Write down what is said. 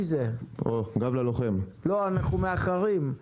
לא, אנחנו מאחרים.